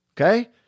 Okay